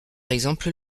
exemple